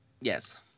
Yes